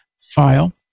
file